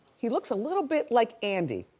he looks a little bit like andy,